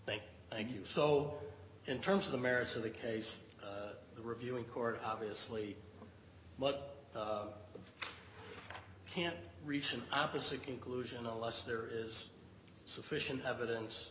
thank thank you so in terms of the merits of the case the reviewing court obviously can't reach an opposite conclusion unless there is sufficient evidence